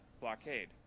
blockade